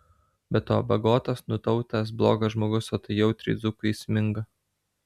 be to bagotas nutautęs blogas žmogus o tai jautriai dzūkui įsminga